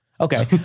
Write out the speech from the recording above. Okay